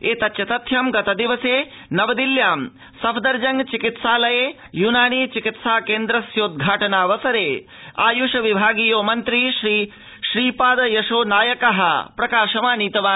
एतच्च तथ्यं गतदिवसे नवदिल्ल्यां सफदरजंग चिकित्सालये यूनानी चिकित्सा केन्द्रस्योद्वाटनावसरे आयुष विभागीयो मन्त्री श्रीपाद यशो नायकप्रकाशमानीतवान्